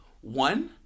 One